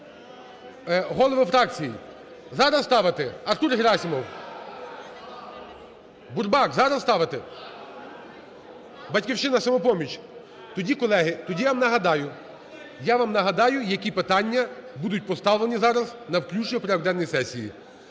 Голови фракцій, зараз ставити? Артур Герасимов, Бурбак, зараз ставити? "Батьківщина", "Самопоміч"? Тоді, колеги, тоді я вам нагадаю… Я вам нагадаю, які питання будуть поставлені зараз на включення у порядок денний сесії.